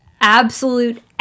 absolute